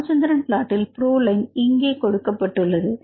ராமச்சந்திரன் பிளாட்டில் புரோலைன் இங்கே குறிக்கப்பட்டுள்ளது